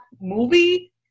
movie